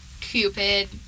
cupid